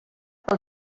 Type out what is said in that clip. pel